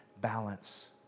balance